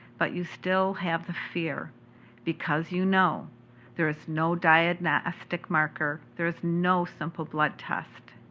but you still have the fear because you know there is no diagnostic marker. there is no simple blood test.